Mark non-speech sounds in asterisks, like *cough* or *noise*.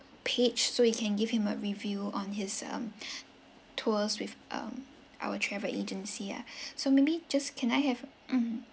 page so you can give him a review on his um *breath* tours with um our travel agency ah *breath* so maybe just can I have mm